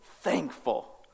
thankful